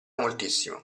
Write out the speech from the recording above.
moltissimo